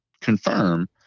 confirm